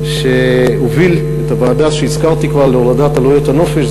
שהוביל את הוועדה שהזכרתי כבר להורדת עלויות הנופש.